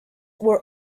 were